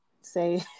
say